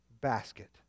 basket